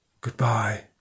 Goodbye